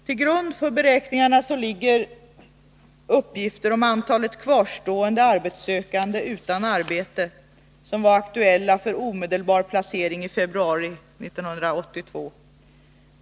Till grund för de beräkningar vi gjort ligger arbetsmarknadsverkets uppgifter om antalet kvarstående arbetssökande utan arbete, som var aktuella för omedelbar placering i februari månad 1982.